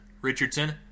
Richardson